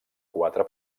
quatre